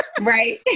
right